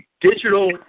digital